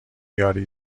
یاری